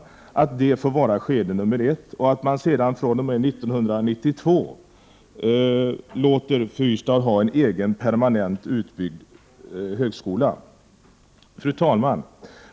Man låter sedan Fyrstad fr.o.m. 1992 ha en permanent utbyggd högskola. Fru talman!